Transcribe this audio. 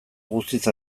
guztiz